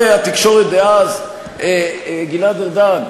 התקשורת דאז היה גלעד ארדן.